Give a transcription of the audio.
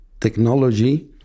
technology